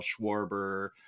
Schwarber